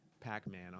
Pac-Man